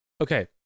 Okay